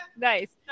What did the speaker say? Nice